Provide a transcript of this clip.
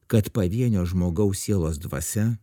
kad pavienio žmogaus sielos dvasia